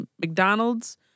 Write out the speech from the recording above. McDonald's